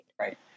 Right